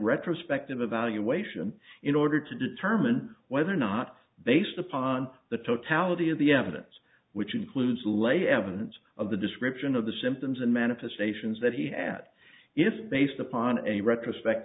retrospective evaluation in order to determine whether or not based upon the totality of the evidence which includes lay evidence of the description of the symptoms and manifestations that he had if based upon a retrospect